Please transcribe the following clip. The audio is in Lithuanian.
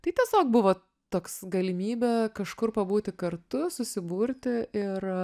tai tiesiog buvo toks galimybė kažkur pabūti kartu susiburti ir